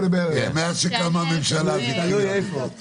והם נמצאים בריאים ולא מזיקים וניתן להשתמש בהם בלי